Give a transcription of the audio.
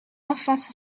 enfance